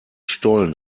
stollen